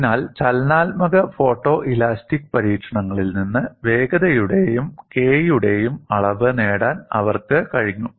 അതിനാൽ ചലനാത്മക ഫോട്ടോഇലാസ്റ്റിക് പരീക്ഷണങ്ങളിൽ നിന്ന് വേഗതയുടെയും K യുടെയും അളവ് നേടാൻ അവർക്ക് കഴിഞ്ഞു